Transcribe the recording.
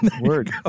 Word